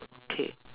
okay